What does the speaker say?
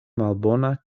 malbona